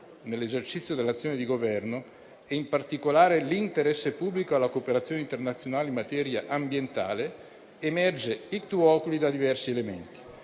nell'esercizio dell'azione di Governo, e in particolare l'interesse pubblico alla cooperazione internazionale in materia ambientale, emerge *ictu oculi* da diversi elementi.